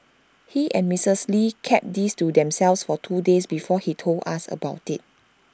he and Mistress lee kept this to themselves for two days before he told us about IT